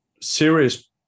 serious